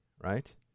right